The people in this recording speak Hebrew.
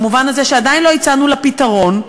במובן הזה שעדיין לא הצענו לה פתרון,